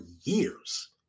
years